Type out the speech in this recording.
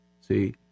See